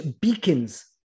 beacons